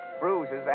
bruises